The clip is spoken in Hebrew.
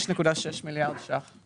5.6 מיליארד שקלים.